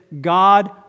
God